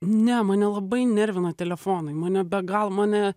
ne mane labai nervina telefonai mane be galo mane